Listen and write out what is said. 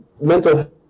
mental